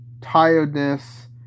tiredness